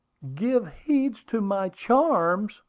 give heed to my charms,